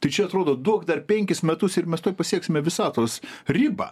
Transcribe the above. tai čia atrodo duok dar penkis metus ir mes tuoj pasieksime visatos ribą